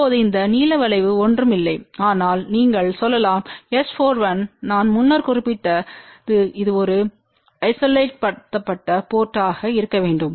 இப்போது இந்த நீல வளைவு ஒன்றுமில்லை ஆனால் நீங்கள் சொல்லலாம் S41நான் முன்னர் குறிப்பிட்டது இது ஒரு ஐசோலேப்பட்ட போர்ட்மாக இருக்க வேண்டும்